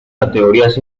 categorías